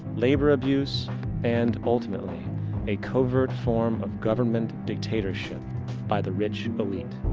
labor abuse and ultimately a covert form of government dictatorship by the rich elite.